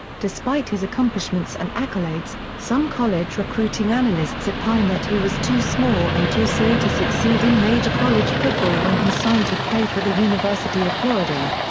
despite his accomplishments and accolades, some college recruiting analysts opined that he was too small and too slow to succeed in major college football when he signed to play for the university of florida.